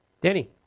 Danny